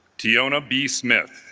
tiana b. smith